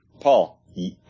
Paul